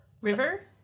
river